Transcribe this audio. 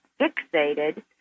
fixated